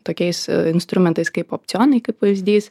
tokiais instrumentais kaip opcionai kaip pavyzdys